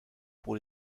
pour